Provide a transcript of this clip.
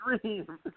dream